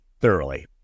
thoroughly